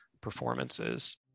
performances